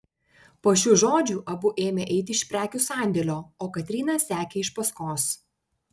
po šių žodžių abu ėmė eiti iš prekių sandėlio o katryna sekė iš paskos